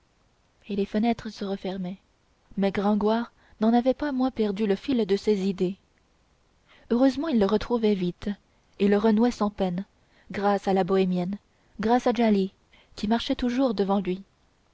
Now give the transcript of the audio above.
et les fenêtres se refermaient mais gringoire n'en avait pas moins perdu le fil de ses idées heureusement il le retrouvait vite et le renouait sans peine grâce à la bohémienne grâce à djali qui marchaient toujours devant lui